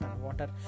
water